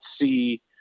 see